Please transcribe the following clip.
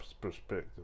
perspective